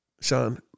Sean